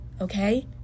Okay